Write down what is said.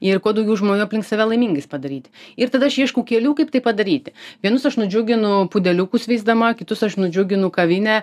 ir kuo daugiau žmonių aplink save laimingais padaryt ir tada aš ieškau kelių kaip tai padaryti vienus aš nudžiuginu pudeliukus veisdama kitus aš nudžiuginu kavinę